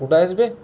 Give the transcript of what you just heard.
कुठं आहेस बे